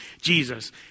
Jesus